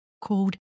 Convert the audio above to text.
called